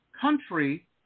country